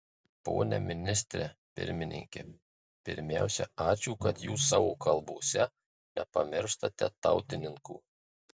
pone ministre pirmininke pirmiausia ačiū kad jūs savo kalbose nepamirštate tautininkų